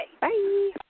Bye